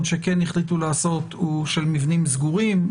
שכן החליטו לעשות הוא של מבנים סגורים,